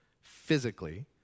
physically